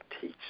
teach